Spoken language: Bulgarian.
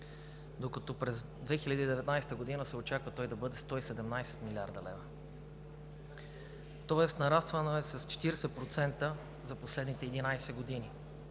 докато през 2019 г. се очаква той да бъде 117 млрд. лв., тоест нарастването е с 40% за последните 11 години.